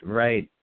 right